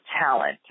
talent